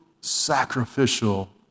sacrificial